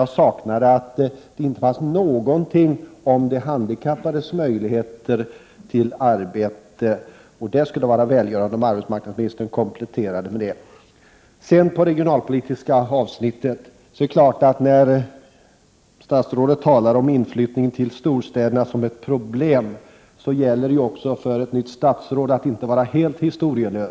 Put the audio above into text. Jag saknade att det inte sades någonting om de handikappades möjligheter till arbete. Det skulle vara välgörande om arbetsmarknadsministern kompletterade med något om detta. I det regionalpolitiska avsnittet talade statsrådet om inflyttning till storstäderna som ett problem. I sådana frågor gäller det också för ett nytt statsråd att inte vara helt historielös.